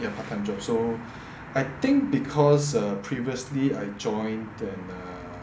ya part time job so I think because err previously I joined an err